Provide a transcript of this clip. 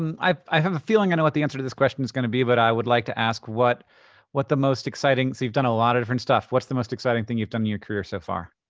um i i have a feeling i know what the answer to this question is gonna be, but i would like to ask what what the most exciting, so you've done a lot of different stuff, what's the most exciting thing you've done in your career so far?